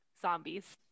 zombies